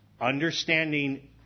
understanding